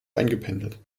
eingependelt